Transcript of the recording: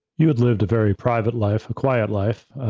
you had lived a very private life, a quiet life,